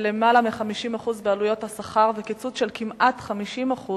למעלה מ-50% בעלויות השכר ולקיצוץ של כמעט 50%